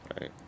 right